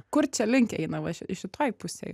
kur čia link eina va ši šitoj pusėj